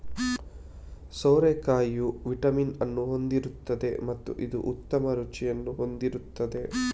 ಸೋರೆಕಾಯಿಯು vitamin ಅನ್ನು ಹೊಂದಿರುತ್ತದೆ ಮತ್ತು ಇದು ಉತ್ತಮ ರುಚಿಯನ್ನು ಹೊಂದಿರುತ್ತದೆ